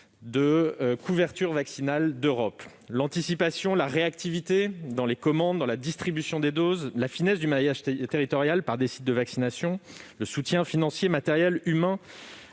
de couverture vaccinale d'Europe. L'anticipation, la réactivité dans les commandes et la distribution des doses, la finesse du maillage territorial obtenue grâce aux sites de vaccination, le soutien financier, matériel et humain